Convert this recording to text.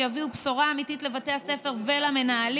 שיביאו בשורה אמיתית לבתי הספר ולמנהלים.